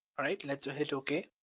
alright, let's ah hit okay.